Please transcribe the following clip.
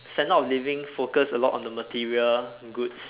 standard of living focus a lot on the material goods